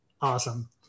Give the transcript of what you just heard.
Awesome